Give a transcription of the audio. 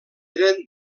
eren